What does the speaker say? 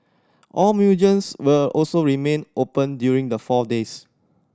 all museums will also remain open during the four days